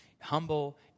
humble